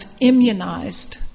immunized